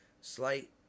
slight